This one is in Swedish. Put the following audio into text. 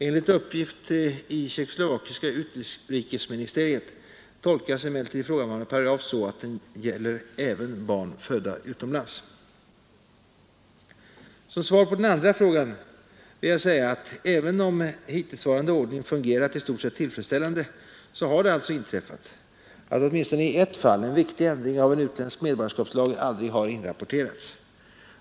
Enligt uppgift i tjeckoslovakiska utrikesministeriet tolkas emellertid ifrågavarande paragraf så, att den även gäller barn födda utomlands. Som svar på den andra frågan vill jag framhålla, att även om hittillsvarande ordning fungerat i stort sett tillfredsställande så har det alltså inträffat, att åtminstone i ett fall en viktig ändring av en utländsk medborgarskapslag aldrig har inrapporterats.